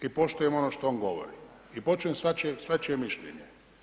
I poštujem ono što ono govori i poštujem svačije mišljenje.